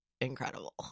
incredible